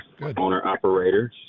Owner-operators